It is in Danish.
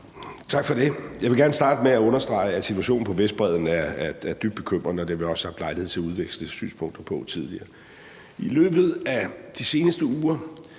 Tak for det. Jeg vil gerne starte med at understrege, at situationen på Vestbredden er dybt bekymrende, og det har vi også haft lejlighed til at udveksle synspunkter om tidligere. I løbet af de seneste uger